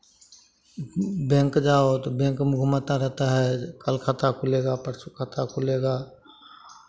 bank जाओ तो bank में घुमाता रहता है कल खाता खुलेगा परसों खाता खुलेगा